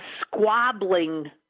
squabbling